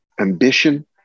ambition